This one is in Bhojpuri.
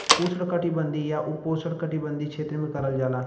उष्णकटिबंधीय या उपोष्णकटिबंधीय क्षेत्र में करल जाला